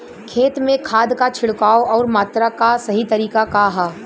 खेत में खाद क छिड़काव अउर मात्रा क सही तरीका का ह?